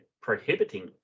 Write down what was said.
prohibiting